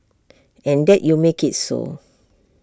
and that you make IT so